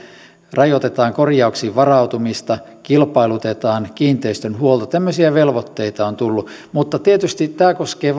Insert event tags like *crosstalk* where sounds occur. rajoitetaan korjauksiin varautumista kilpailutetaan kiinteistön huolto tämmöisiä velvoitteita on tullut mutta tietysti tämä koskee *unintelligible*